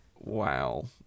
Wow